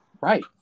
Right